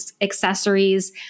accessories